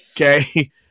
Okay